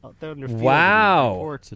wow